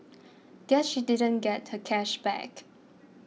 guess she didn't get her cash back